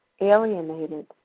alienated